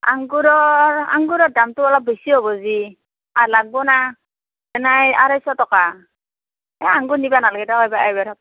আংগুৰৰ আংগুৰৰ দামটো অলপ বেছি হ'ব যি লাগিব নে এনে আঢ়ৈশ টকা এ আংগুৰ নিব নালাগে দিয়ক